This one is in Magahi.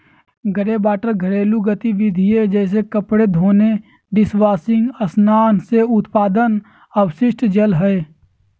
ग्रेवाटर घरेलू गतिविधिय जैसे कपड़े धोने, डिशवाशिंग स्नान से उत्पन्न अपशिष्ट जल हइ